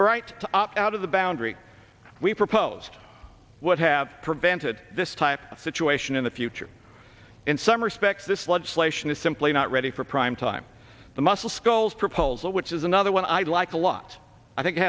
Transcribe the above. bright to opt out of the boundary we proposed would have prevented this type of situation in the future in some respects this legislation is simply not ready for prime time the muscle sculls proposal which is another one i'd like a lot i think